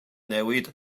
newid